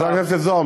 חבר הכנסת זוהר,